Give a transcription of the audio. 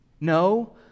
No